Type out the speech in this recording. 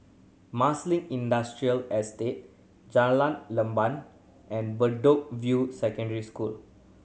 Marsiling Industrial Estate Jalan Leban and Bedok View Secondary School